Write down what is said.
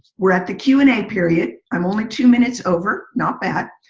we're at the q and a period. i'm only two minutes over, not bad.